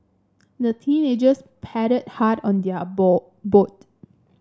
the teenagers paddled hard on their ball boat